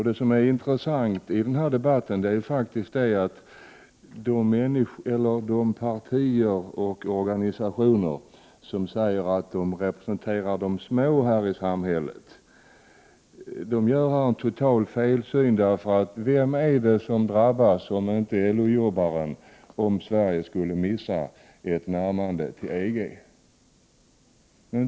Det intressanta med denna debatt är faktiskt att de partier och organisationer som säger sig representera de små här i samhället gör sig skyldiga till en total felsyn. För vem är det som drabbas, om inte LO-jobbaren, ifall Sverige skulle missa ett närmande till EG?